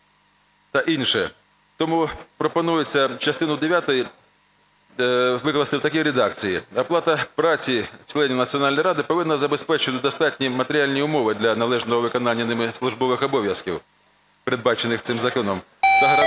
Тому пропонується частину дев'яту викласти в такій редакції: "Оплата праці членів Національної ради повинна забезпечувати достатні матеріальні умови для належного виконання ними службових обов'язків, передбачених цим законом,